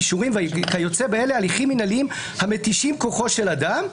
אישורים וכיוצא באלה הליכים מנהליים המתישים כוחו של אדם.